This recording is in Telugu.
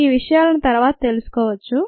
ఆ విషయాలను తర్వాత తెలుసుకోవచ్చు